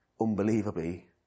Unbelievably